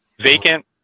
vacant